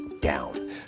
down